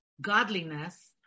godliness